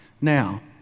Now